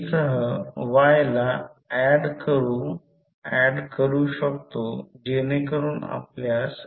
आता कॉइल 2 चे व्होल्टेज दिले आहे आपल्याला माहित आहे की कॉइल 2 मध्ये M d i1 d t